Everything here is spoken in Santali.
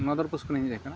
ᱢᱟᱫᱟᱨᱯᱩᱥ ᱠᱷᱚᱱᱤᱧ ᱦᱮᱡ ᱟᱠᱟᱱᱟ